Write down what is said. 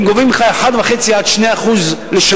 הם גובים ממך 1.5% עד 2% בשנה.